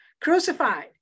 crucified